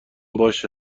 باشه